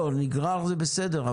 נגרר זה בסדר,